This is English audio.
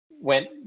went